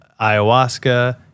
ayahuasca